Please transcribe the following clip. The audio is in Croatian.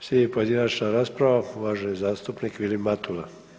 Slijedi pojedinačna rasprava, uvaženi zastupnik Vilim Matula.